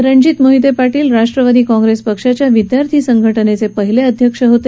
रणजीत मोहिते पार्पील राष्ट्रवादी काँग्रेस पक्षाच्या विद्यार्थी संघाजीचे पहिले अध्यक्ष होते